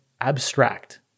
abstract